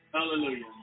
Hallelujah